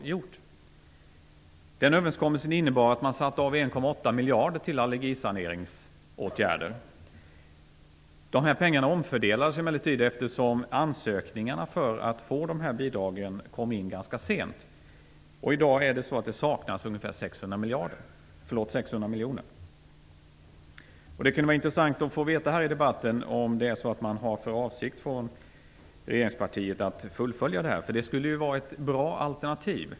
Den överenskommelsen innebar att man satte av 1,8 miljarder till allergisaneringsåtgärder. Dessa pengar omfördelades emellertid, eftersom ansökningarna för att få bidragen kom in ganska sent. I dag saknas det ungefär 600 miljoner. Det kunde vara intressant att här i debatten få veta om man från regeringspartiet har för avsikt att fullfölja det här. Det skulle vara ett bra alternativ.